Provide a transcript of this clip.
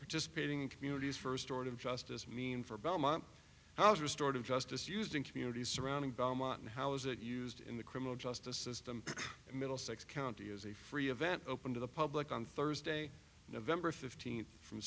participating communities first order of justice mean for belmont house restored of justice used in communities surrounding belmont and how is it used in the criminal justice system middlesex county is a free event open to the public on thursday november fifteenth from